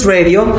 Radio